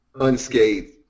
unscathed